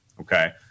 okay